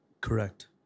Correct